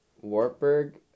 Warburg